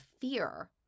fear